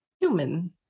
human